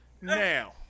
Now